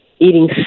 eating